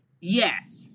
Yes